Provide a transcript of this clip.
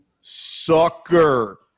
sucker